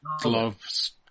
gloves